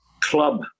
club